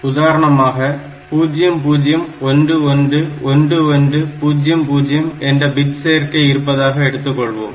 உதாரணமாக 0 0 1 1 1 1 0 0 என்ற பிட் சேர்க்கை இருப்பதாக வைத்துக்கொள்வோம்